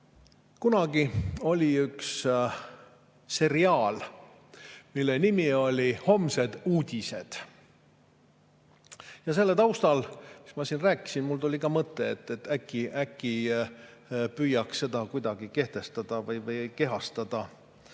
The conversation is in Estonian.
Kunagi oli üks seriaal, mille nimi oli "Homsed uudised". Selle taustal, mis ma siin rääkisin, tuli mul mõte, et äkki püüaks seda kuidagi kehtestada või kehastada